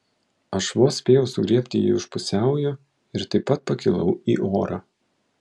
aš vos spėjau sugriebti jį už pusiaujo ir taip pat pakilau į orą